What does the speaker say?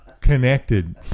connected